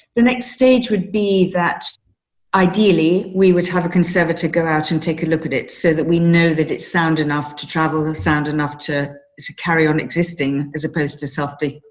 the next stage would be that ideally we would have a conservative go out and take a look at it so that we know that it's sound enough to travel the sound enough to carry on existing existing as opposed to something,